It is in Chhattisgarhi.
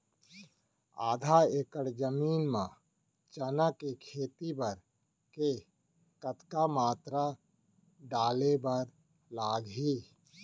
आधा एकड़ जमीन मा चना के खेती बर के कतका मात्रा डाले बर लागही?